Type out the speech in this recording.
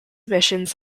emissions